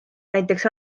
näiteks